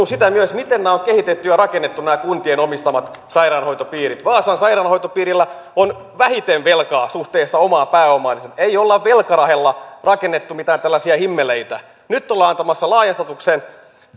sitä myös miten on kehitetty ja rakennettu nämä kuntien omistamat sairaanhoitopiirit vaasan sairaanhoitopiirillä on vähiten velkaa suhteessa omaan pääomaan ei olla velkarahalla rakennettu mitään tällaisia himmeleitä nyt ollaan antamassa